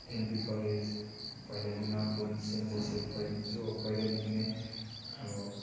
NP college पहिलादेखि North Point Saint Joseph जो पहिल्यैदेखि नै अब